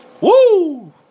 Woo